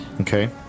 Okay